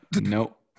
nope